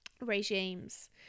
regimes